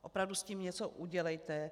Opravdu s tím něco udělejte.